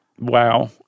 wow